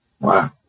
Wow